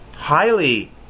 highly